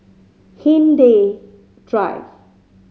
Hindhede Drive